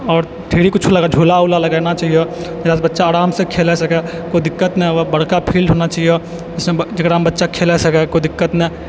आओर फेरी किछो झूला उला लगाना चाहिओ जकरासँ बच्चा आरामसँ खेलऽ सकै कोइ दिक्कत नहि होअए बड़का फील्ड होना छिओ जिसमे जकरामे बच्चा खेलि सकै कोइ दिक्कत नहि